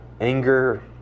anger